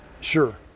sure